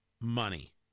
money